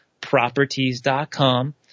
Properties.com